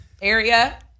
area